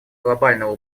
глобального